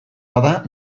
bada